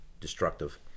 destructive